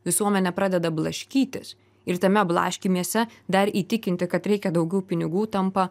visuomenė pradeda blaškytis ir tame blaškymęsi dar įtikinti kad reikia daugiau pinigų tampa